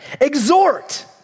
Exhort